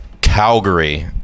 Calgary